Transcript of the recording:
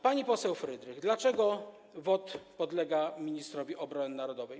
Pani poseł Frydrych pytała, dlaczego WOT podlega ministrowi obrony narodowej.